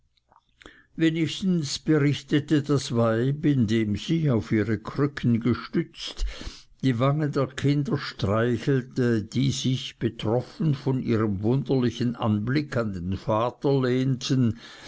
wenigstens berichtete das weib indem sie auf ihre krücken gestützt die wangen der kinder streichelte die sich betroffen von ihrem wunderlichen anblick an den vater lehnten